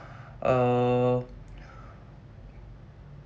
uh